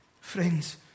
Friends